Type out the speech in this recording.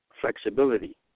flexibility